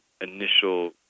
initial